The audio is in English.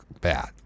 bad